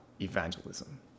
evangelism